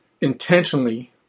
intentionally